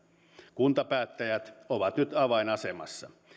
kuntapäättäjät ovat nyt avainasemassa